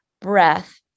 breath